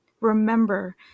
Remember